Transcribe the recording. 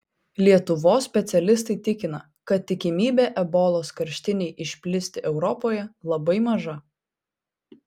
lietuvos specialistai tikina kad tikimybė ebolos karštinei išplisti europoje labai maža